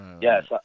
Yes